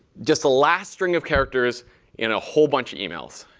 just the last string of characters in a whole bunch of emails.